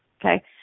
okay